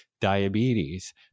diabetes